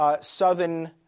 Southern